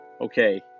okay